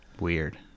Weird